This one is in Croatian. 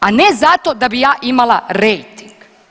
A ne zato da bi ja imala rejting.